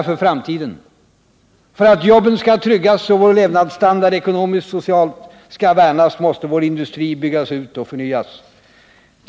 För att jobben skall tryggas och vår levnadsstandard, ekonomiskt och socialt, värnas måste vår industri byggas ut och förnyas.